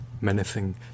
menacing